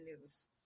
news